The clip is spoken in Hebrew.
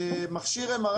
מכשיר MRI